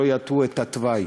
שלא יטו את התוואי.